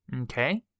Okay